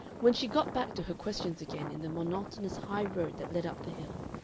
when she got back to her questions again in the monotonous high-road that led up the hill,